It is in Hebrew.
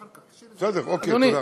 בסדר, אוקיי, תודה.